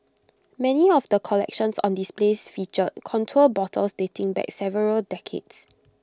many of the collections on displays featured contour bottles dating back several decades